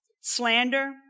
slander